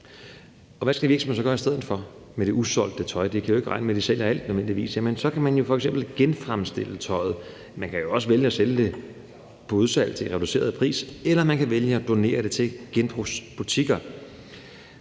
EU. Hvad skal virksomheder så gøre i stedet for med det usolgte tøj? De kan jo ikke regne med, at de nødvendigvis sælger alt. Så kan de jo f.eks. genfremstille tøjet. Man kan jo også vælge at sælge det på udsalg til en reduceret pris, eller man kan vælge at donere det til genbrugsbutikker.